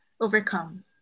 overcome